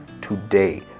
today